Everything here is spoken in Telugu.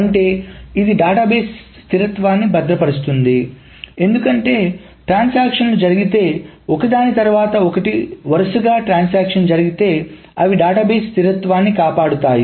అంటే ఇది డేటాబేస్ స్థిరత్వాన్ని భద్రపరుస్తుంది ఎందుకంటే ట్రాన్సాక్షన్ లు జరిగితే ఒకదాని తర్వాత ఒకటి వరుసగా ట్రాన్సాక్షన్ జరిగితే అవి డేటాబేస్ స్థిరత్వాన్ని కాపాడుతాయి